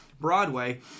Broadway